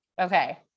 Okay